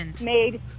made